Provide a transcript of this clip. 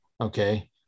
okay